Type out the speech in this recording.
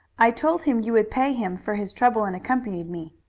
i told him you would pay him for his trouble in accompanying me.